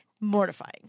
mortifying